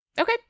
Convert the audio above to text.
Okay